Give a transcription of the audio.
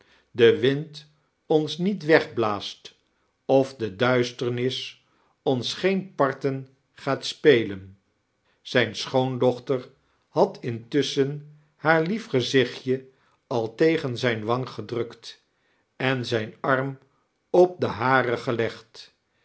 de wind obb niet wegblaast of de duisternis om geen parten gaaib spelen zrjn stihoondochte had intussohen liscaa lief gezicufcje al tegen zijn wang gedrukt en zijn arm op den haren gelegd